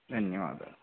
ధన్యవాదాలు